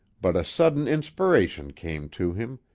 but a sudden inspiration came to him,